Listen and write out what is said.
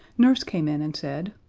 nurse came in and said,